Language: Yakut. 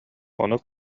ону